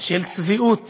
של צביעות